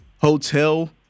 Hotel